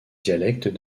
dialectes